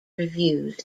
reviews